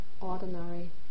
ordinary